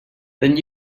then